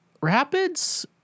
Rapids